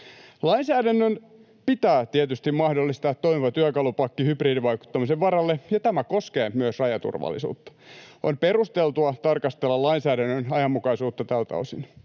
Lainsäädännön pitää tietysti mahdollistaa toimiva työkalupakki hybridivaikuttamisen varalle, ja tämä koskee myös rajaturvallisuutta. On perusteltua tarkastella lainsäädännön ajanmukaisuutta tältä osin.